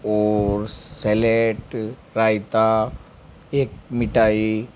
और सेलेट रायता एक मिठाई